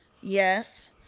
Yes